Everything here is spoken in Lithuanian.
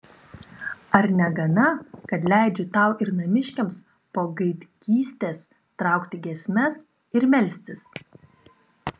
ar negana kad leidžiu tau ir namiškiams po gaidgystės traukti giesmes ir melstis